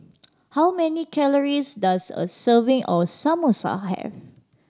how many calories does a serving of Samosa have